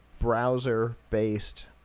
browser-based